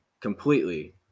completely